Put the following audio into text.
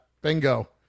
bingo